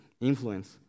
Influence